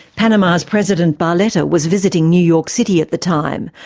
panama's president barletta was visiting new york city at the time.